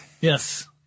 Yes